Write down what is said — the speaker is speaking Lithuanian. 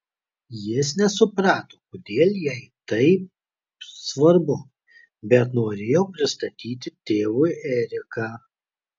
jis nesuprato kodėl jai tai svarbu bet norėjo pristatyti tėvui eriką